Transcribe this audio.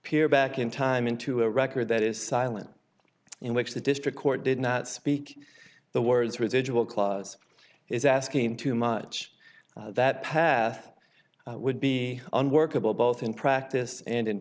appear back in time into a record that is silent in which the district court did not speak the words residual clause is asking too much that path would be unworkable both in practice and in